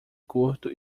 curto